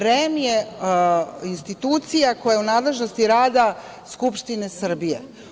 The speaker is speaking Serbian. REM je institucija koja u nadležnosti rada Skupštine Srbije.